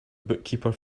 bookkeeper